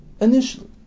initially